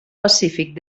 pacífic